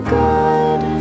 good